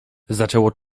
zaczęło